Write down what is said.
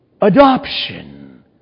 adoption